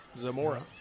Zamora